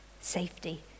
safety